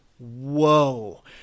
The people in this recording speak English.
Whoa